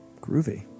Groovy